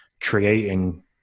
creating